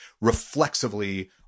reflexively